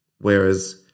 Whereas